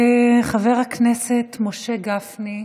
חבר הכנסת משה גפני,